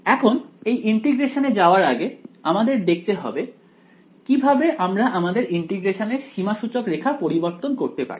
এখন ইন্টিগ্রেশন এ যাওয়ার আগে আমাদের দেখতে হবে কিভাবে আমরা আমাদের ইন্টিগ্রেশন এর সীমাসূচক রেখা পরিবর্তন করতে পারি